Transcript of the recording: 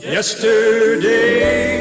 Yesterday